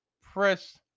press